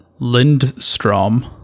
lindstrom